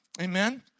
Amen